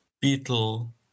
beetle